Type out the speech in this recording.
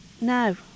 no